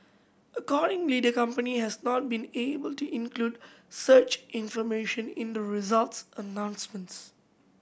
accordingly the company has not been able to include such information in the results announcements